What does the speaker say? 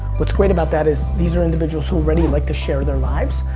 what's great about that is these are individuals who already like to share their lives.